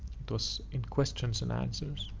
was in questions and answers.